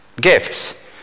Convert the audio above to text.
gifts